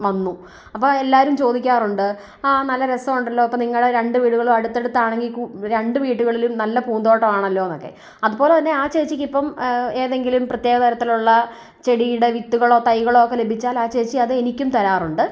വന്നു അപ്പം അത് എല്ലാവരും ചോദിക്കാറുണ്ട് ആ നല്ല രസം ഉണ്ടല്ലോ അപ്പം നിങ്ങൾ രണ്ടു വീടുകളും അടുത്തടുത്താണെങ്കിൽ കൂ രണ്ടു വീടുകളിലും നല്ല പൂന്തോട്ടം ആണല്ലോ എന്നൊക്കെ അതുപോലെ തന്നെ ആ ചേച്ചിക്ക് ഇപ്പം ഏതെങ്കിലും പ്രത്യേക തരത്തിലുള്ള ചെടിയുടെ വിത്തുകളോ തൈകളോ ഒക്കെ ലഭിച്ചാൽ ആ ചേച്ചി അത് എനിക്കും തരാറുണ്ട്